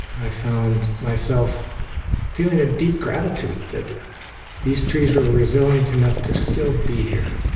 i found myself feeling a deep gratitude that these trees were resilient enough to still be here.